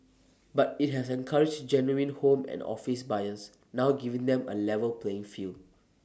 but IT has encouraged genuine home and office buyers now giving them A level playing field